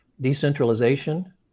decentralization